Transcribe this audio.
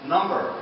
Number